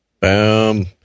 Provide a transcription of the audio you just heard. Boom